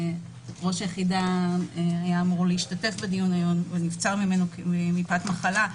ראש היחידה היה אמור להשתתף בדיון היום ונבצר ממנו מפאת מחלה.